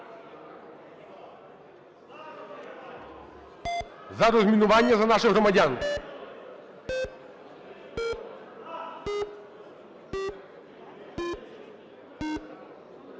За розмінування, за наших громадян.